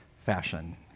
fashion